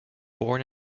born